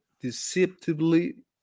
deceptively